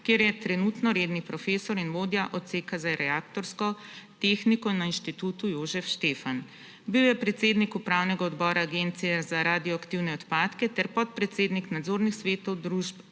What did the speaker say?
kjer je trenutno redni profesor in vodja odseka za reaktorsko tehniko na Inštitutu Jožef Stefan. Bil je predsednik upravnega odbora Agencije za radioaktivne odpadke ter podpredsednik nadzornih svetov družb